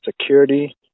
Security